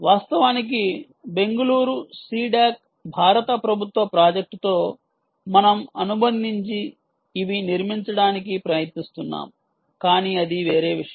వాస్తవానికి బెంగళూరు CDAC భారత ప్రభుత్వ ప్రాజెక్ట్ తో మనం అనుబంధించి ఇవి నిర్మించడానికి ప్రయత్నిస్తున్నాము కానీ అది వేరే విషయం